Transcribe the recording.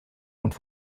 und